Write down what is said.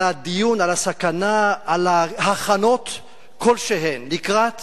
על הדיון, על הסכנה, על הכנות כלשהן לקראת